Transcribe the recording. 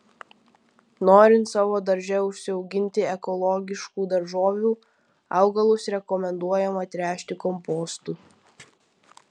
norint savo darže užsiauginti ekologiškų daržovių augalus rekomenduojama tręšti kompostu